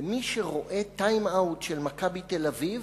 זה מי שרואה time out של "מכבי תל-אביב",